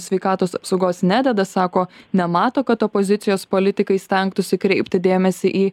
sveikatos apsaugos nededa sako nemato kad opozicijos politikai stengtųsi kreipti dėmesį į